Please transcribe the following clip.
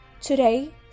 Today